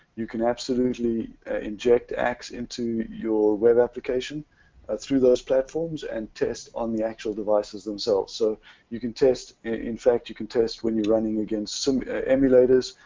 you can absolutely inject axe into your web application through those platforms and test on the actual devices themselves. so you can test, in fact you can test when you're running against some emulators,